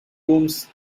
rooms